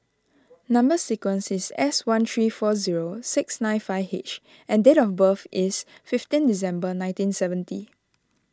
Number Sequence is S one three four zero six nine five H and date of birth is fifteen December nineteen seventy